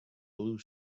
blue